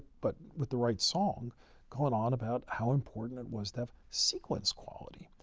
but with the right song going on about how important it was to have sequence quality.